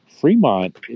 fremont